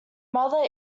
mother